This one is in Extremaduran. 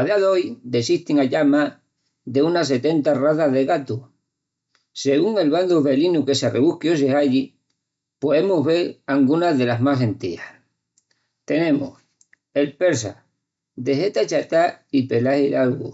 A día d’oi dessestin allá más de razas de gatus. Según el bandu felinu que s’arresbusqui o se halli, poemus vel angunas delas más sentías. Tenemus: el persa, de jeta achatà i pelagi largu;